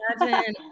imagine